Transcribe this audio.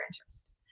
interest